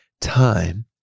time